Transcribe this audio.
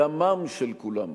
דמם של כולם מותר.